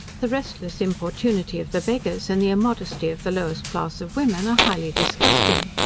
the restless importunity of the beggars, and the immodesty of the lowest class of women, are highly disgusting.